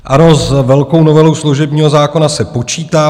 Ano, s velkou novelou služebního zákona se počítá.